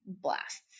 blasts